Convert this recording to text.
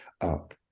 up